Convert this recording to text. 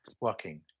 working